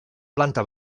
planta